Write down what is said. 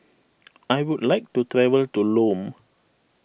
I would like to travel to Lome